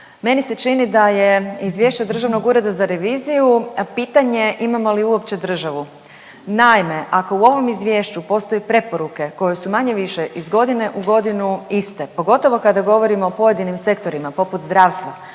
meni se čini da je izvješće Državnog ureda za reviziju pitanje imamo li uopće državu. Naime, ako u ovom izvješću postoje preporuke koje su manje-više iz godine u godinu iste, pogotovo kada govorimo o pojedinim sektorima poput zdravstva,